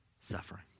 suffering